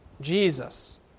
Jesus